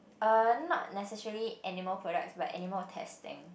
uh not necessarily animal products but animal testing